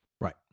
Right